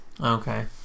Okay